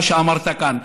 מה שאמרת כאן,